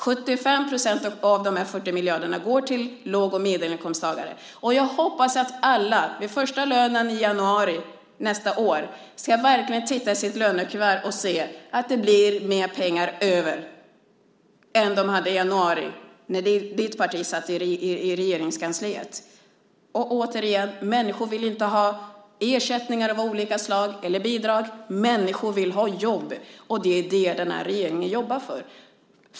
75 % av de 40 miljarderna går alltså till låg och medelinkomsttagare. Jag hoppas att alla vid första lönen i januari nästa år verkligen tittar i sitt lönekuvert och då ser att det blir mer pengar över än de hade i januari när ditt parti satt i Regeringskansliet. Återigen: Människor vill inte ha ersättningar av olika slag eller bidrag. Människor vill ha jobb , och det är det som den här regeringen jobbar för.